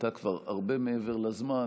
אתה כבר הרבה מעבר לזמן,